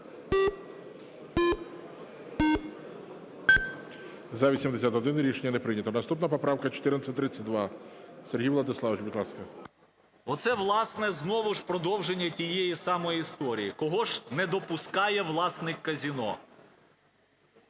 За-81 Рішення не прийнято. Наступна поправка 1432. Сергій Владиславович, будь ласка. 14:47:29 СОБОЛЄВ С.В. Оце, власне, знову ж продовження тієї самої історії, кого ж не допускає власник казино,